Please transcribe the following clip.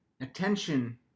attention